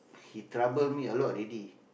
he trouble me a lot already